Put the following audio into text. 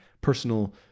personal